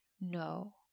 No